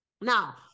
Now